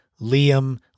Liam